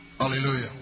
Hallelujah